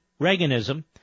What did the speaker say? Reaganism